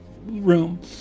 room